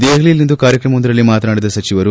ದೆಹಲಿಯಲ್ಲಿಂದು ಕಾರ್ಯಕ್ರಮವೊಂದರಲ್ಲಿ ಮಾತನಾಡಿದ ಸಚಿವರು